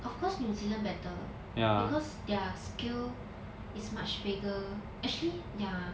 of course new zealand better because their scale is much bigger actually ya